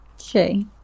Okay